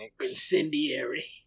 Incendiary